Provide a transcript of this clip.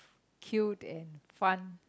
cute and fun